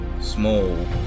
small